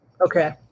Okay